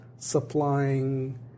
Supplying